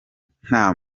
nta